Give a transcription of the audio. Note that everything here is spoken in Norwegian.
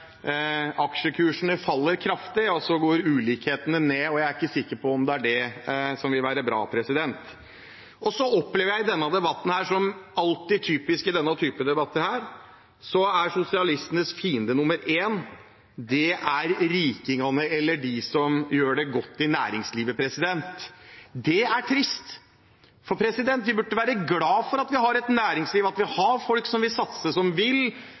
aksjekursene faller kraftig, går ulikhetene ned. Og jeg er ikke sikker på om det er det som vil være bra. Så opplever jeg i denne debatten, som alltid er typisk i denne typen debatter, at sosialistenes fiende nummer én er rikingene eller de som gjør det godt i næringslivet. Det er trist, for vi burde være glad for at vi har et næringsliv, at vi har folk som vil satse, som vil